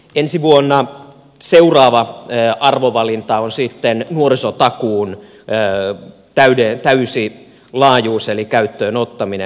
ensi vuonna seuraava arvovalinta on sitten nuorisotakuun täysi laajuus eli käyttöön ottaminen